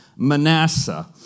Manasseh